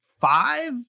five